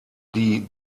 die